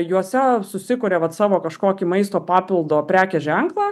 juose susikuria vat savo kažkokį maisto papildo prekės ženklą